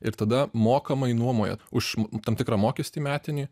ir tada mokamai nuomoja už tam tikrą mokestį metinį